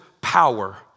power